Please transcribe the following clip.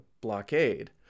blockade